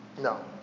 No